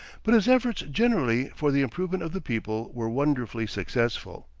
but his efforts generally for the improvement of the people were wonderfully successful.